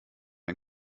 ein